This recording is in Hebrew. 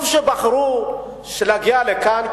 טוב שבחרו להגיע לכאן,